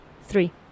Three